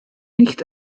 nicht